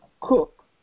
Cook